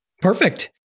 Perfect